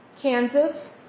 Kansas